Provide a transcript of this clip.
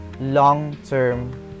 long-term